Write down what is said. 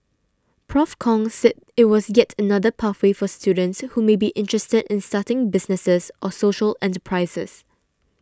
Prof Kong said it was yet another pathway for students who may be interested in starting businesses or social enterprises